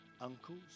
uncles